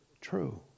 true